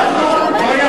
מבין.